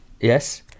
Yes